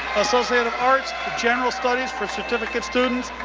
associate of arts, general studies for certificate students,